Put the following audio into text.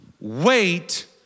wait